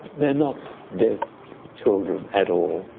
they are not deaf children at all,